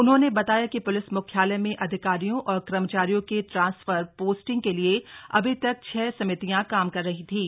उन्होंने बताया कि प्लिस म्ख्यालय में अधिकारियों और कर्मचारियों के ट्रांसफर पोस्टिंग के लिए अभी तक छह समितियां काम कर रही थीं